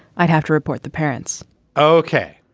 i'd have to report the parents ok.